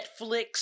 Netflix